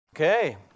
Okay